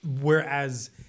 whereas